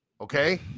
Okay